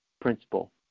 principle